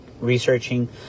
researching